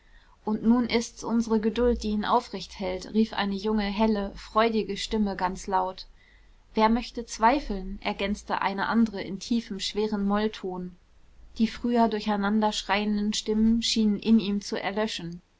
und nun ist's unsere geduld die ihn aufrecht hält rief eine junge helle freudige stimme ganz laut wer möchte zweifeln ergänzte eine andere in tiefem schwerem mollton die früher durcheinander schreienden stimmen schienen in ihm zu erlöschen